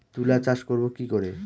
তুলা চাষ করব কি করে?